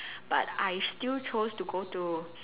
but I still chose to go to